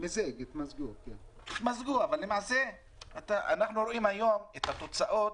התמזגו אבל למעשה אנחנו רואים היום את התוצאות